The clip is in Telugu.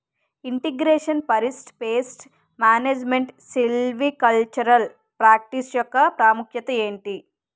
integration forest pest management silvicultural practice యెక్క ప్రాముఖ్యత ఏంటి